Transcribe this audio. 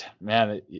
man